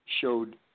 showed